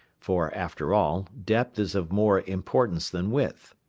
for, after all, depth is of more importance than width.